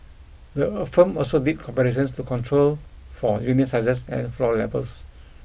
the a firm also did comparisons to control for unit sizes and floor levels